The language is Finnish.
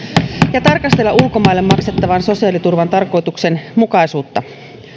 ja tarkastella ulkomaille maksettavan sosiaaliturvan tarkoituksenmukaisuutta